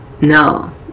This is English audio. No